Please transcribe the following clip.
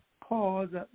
pause